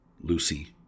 Lucy